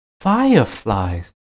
fireflies